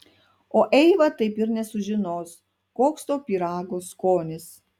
o eiva taip ir nesužinos koks to pyrago skonis